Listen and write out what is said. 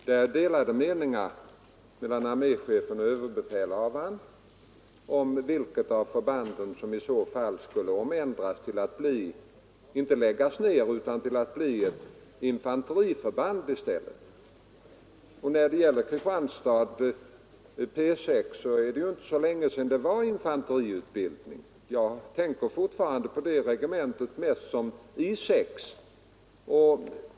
Det råder delade meningar mellan arméchefen Nr 83 och överbefälhavaren om vilket av förbanden som i så fall skall Torsdagen den omorganiseras — alltså inte läggas ner — och bli ett infanteriförband i 16 maj 1974 stället. Det är inte särskilt länge sedan det förekom infanteriutbildning vid P6 i Kristianstad — jag tänker fortfarande mest på det regementet som I 6.